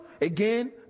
again